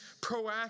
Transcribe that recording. proactive